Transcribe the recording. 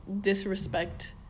disrespect